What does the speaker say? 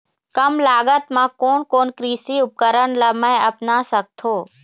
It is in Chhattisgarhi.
कम लागत मा कोन कोन कृषि उपकरण ला मैं अपना सकथो?